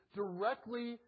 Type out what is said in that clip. directly